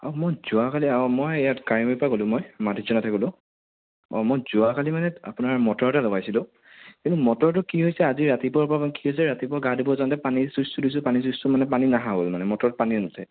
মোৰ যোৱাকালি আও মই পা ক'লো মই মাধুৰ্য্য নাথে ক'লো মই যোৱাকালি মানে আপোনাৰ মটৰ এটা লগাইছিলো কিন্তু মটৰটো কি হৈছে আজি ৰাতিপুৱাৰ পৰা কি হৈছে ৰাতিপুৱা গা ধুব যাওঁতে পানী চুইচটো দিছো পানী চুইচটো মানে পানী নহা হ'ল মানে মটৰত পানী নুঠে